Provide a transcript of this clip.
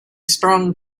strong